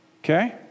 Okay